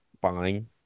buying